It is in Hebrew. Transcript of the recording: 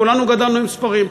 כולנו גדלנו עם ספרים.